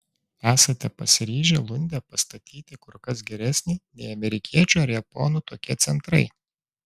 esate pasiryžę lunde pastatyti kur kas geresnį nei amerikiečių ar japonų tokie centrai